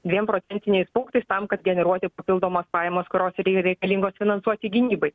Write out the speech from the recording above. dviem procentiniais punktais tam kad generuoti papildomas pajamas kurios reikalingos finansuoti gynybai